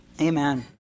amen